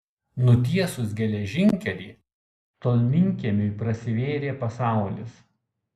nutiesus geležinkelį tolminkiemiui prasivėrė pasaulis